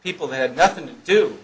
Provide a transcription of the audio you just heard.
people they had nothing